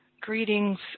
greetings